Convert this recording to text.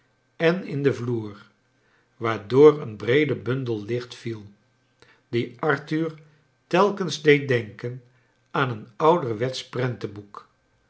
en in den vloer waardoor een breede bundel licht viel die arthur telkens deed denken aan een ouderwetsch prentenboek